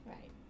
Right